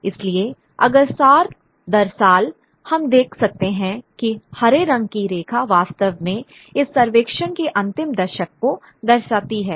इसलिए अगर साल दर साल हम देख सकते हैं कि हरे रंग की रेखा वास्तव में इस सर्वेक्षण के अंतिम दशक को दर्शाती है